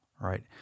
Right